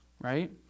right